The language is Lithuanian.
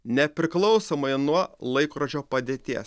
nepriklausomai nuo laikrodžio padėties